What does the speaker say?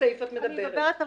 אני מדברת על